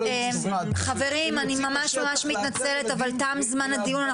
-- חברים אני ממש מתנצלת אבל תם זמן הדיון,